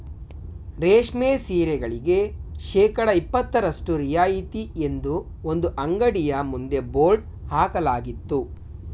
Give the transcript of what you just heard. ರೇಷ್ಮೆ ಸೀರೆಗಳಿಗೆ ಶೇಕಡಾ ಇಪತ್ತರಷ್ಟು ರಿಯಾಯಿತಿ ಎಂದು ಒಂದು ಅಂಗಡಿಯ ಮುಂದೆ ಬೋರ್ಡ್ ಹಾಕಲಾಗಿತ್ತು